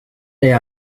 there